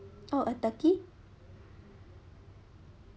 oh a turkey